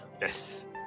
Yes